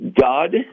God